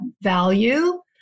value